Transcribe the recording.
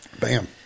Bam